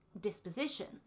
disposition